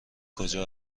کجا